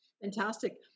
Fantastic